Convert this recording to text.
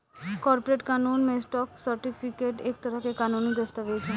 corporate कानून में, stock certificate एक तरह के कानूनी दस्तावेज ह